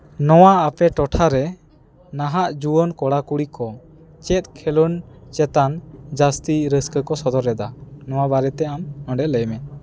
ᱱᱚᱣᱟ ᱟᱯᱮ ᱴᱚᱴᱷᱟᱨᱮ ᱱᱟᱦᱟᱜ ᱡᱩᱣᱟᱹᱱ ᱠᱚᱲᱟ ᱠᱩᱲᱤ ᱠᱚ ᱪᱮᱫ ᱠᱷᱮᱞᱳᱰ ᱪᱮᱛᱟᱱ ᱡᱟᱹᱥᱛᱤ ᱨᱟᱹᱥᱠᱟᱹ ᱠᱚ ᱥᱚᱫᱚᱨᱮᱫᱟ ᱱᱚᱣᱟ ᱵᱟᱨᱮᱛᱮ ᱟᱢ ᱱᱚᱰᱮ ᱞᱟᱹᱭᱢᱮ